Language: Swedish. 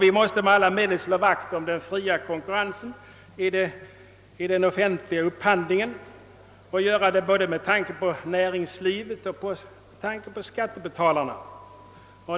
Vi måste med alla medel slå vakt om den fria konkurrensen i den offentliga upphandlingen — med tanke på både näringslivet och skattebetalarna.